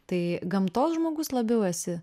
tai gamtos žmogus labiau esi